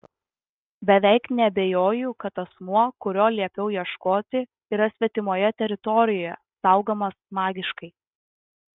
beveik neabejoju kad asmuo kurio liepiau ieškoti yra svetimoje teritorijoje saugomas magiškai